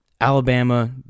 Alabama